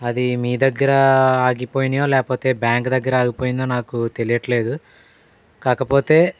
అది మీ దగ్గర ఆగిపోయినయో లేదా బ్యాంకు దగ్గర ఆగిపోయిందో నాకు తెలియదు తెలియటం లేదు కాకపోతే